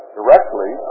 directly